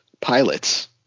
pilots